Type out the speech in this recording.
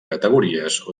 categories